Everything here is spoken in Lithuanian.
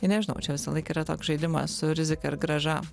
tai nežinau čia visąlaik yra toks žaidimas su rizika ir grąža